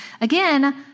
Again